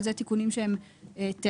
אבל אלה תיקונים שהם טכניים.